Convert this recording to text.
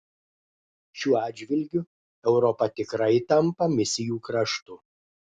šiuo atžvilgiu europa tikrai tampa misijų kraštu